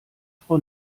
frau